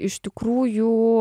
iš tikrųjų